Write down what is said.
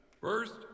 First